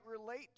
relate